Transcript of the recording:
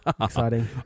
Exciting